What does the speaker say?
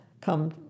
come